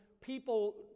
people